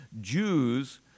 Jews